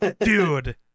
dude